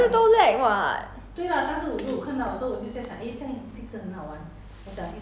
!ee! M_R_T 不可以玩的 but 每次都 lag [what]